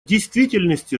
действительности